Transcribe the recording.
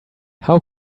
how